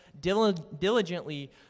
diligently